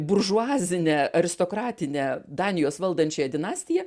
buržuazinę aristokratinę danijos valdančiąją dinastiją